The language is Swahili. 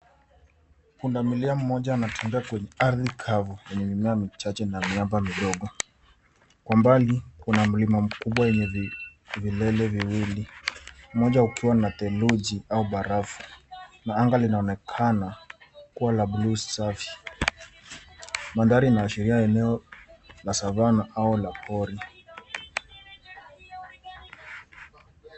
Punda milia mmoja anatembea kwenye ardhi kavu yenye mimea michache na miamba midogo. Kwa mbali, kuna mlima mkubwa wenye vilele viwili, mmoja ukiwa na theluji au barafu na anga linaonekana kuwa la buluu safi. Mandhari inaashiria eneo la savana au la pori.